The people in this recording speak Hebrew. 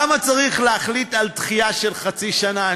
למה צריך להחליט על דחייה של חצי שנה?